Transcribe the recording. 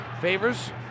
Favors